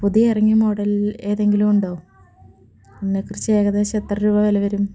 പുതിയ ഇറങ്ങിയ മോഡൽ ഏതെങ്കിലും ഉണ്ടോ ഒന്നിനെക്കുറിച്ച് ഏകദേശം എത്ര രൂപ വില വരും